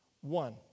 One